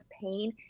pain